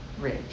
rich